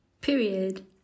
Period